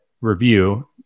review